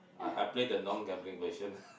I I play the non gambling version